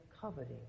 coveting